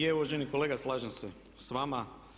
Je, uvaženi kolega slažem se sa vama.